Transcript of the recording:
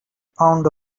pound